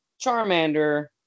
Charmander